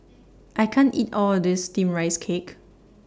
I can't eat All of This Steamed Rice Cake